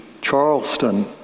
Charleston